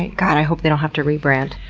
god, i hope they don't have to rebrand.